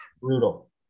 Brutal